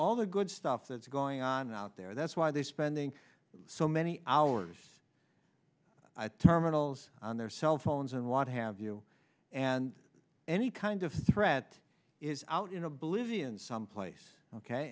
all the good stuff that's going on out there that's why they spending so many hours i terminals on their cell phones and what have you and any kind of threat is out in oblivion someplace